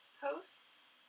posts